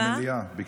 במליאה, במליאה.